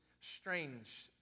strange